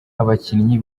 abakinnyi